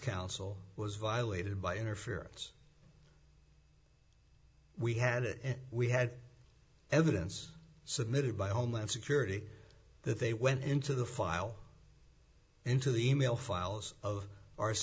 counsel was violated by interference we had we had evidence submitted by homeland security that they went into the file into the e mail files of our